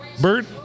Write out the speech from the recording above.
Bert